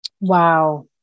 Wow